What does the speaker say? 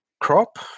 crop